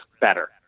better